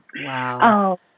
Wow